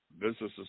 Businesses